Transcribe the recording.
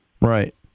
Right